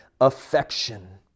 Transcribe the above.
affection